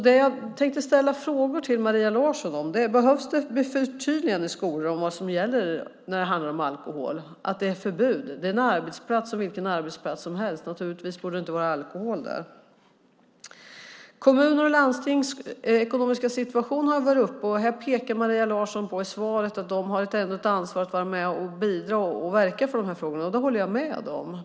Det jag tänkte fråga Maria Larsson om är: Behövs det ett förtydligande i skolor om vad som gäller när det handlar om alkohol - att det är förbud? Det är en arbetsplats som vilken arbetsplats som helst, och naturligtvis borde det inte finnas alkohol där. Kommuners och landstings ekonomiska situation har varit uppe i diskussionen. Här pekar Maria Larsson i svaret på att de har ett ansvar att vara med och verka för de här frågorna. Det håller jag med om.